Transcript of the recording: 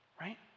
right